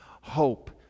hope